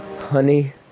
Honey